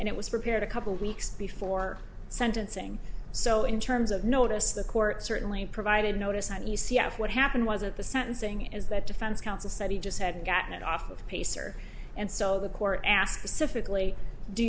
and it was prepared a couple weeks before sentencing so in terms of notice the court certainly provided notice that e c f what happened was at the sentencing is that defense counsel said he just hadn't gotten it off of the pacer and so the court